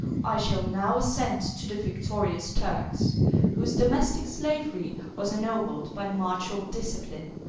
i shall now ascend to the victorious turks whose domestic slavery was ennobled by martial discipline,